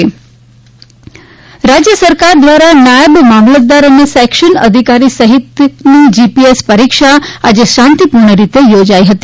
જી PSC રાજય સરકાર દ્વારા નાયબ મામલતદાર અને સેકશન અધિકારી સહીતની જીપીએસસી પરીક્ષા આજે શાંતીપુર્ણ રીતે યોજાઇ હતી